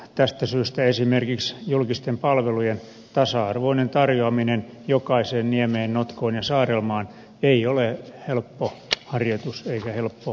tästä syystä esimerkiksi julkisten palvelujen tasa arvoinen tarjoaminen jokaiseen niemeen notkoon ja saarelmaan ei ole helppo harjoitus eikä helppo yhtälö